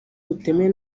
butemewe